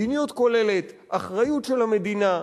מדיניות כוללת, אחריות של המדינה,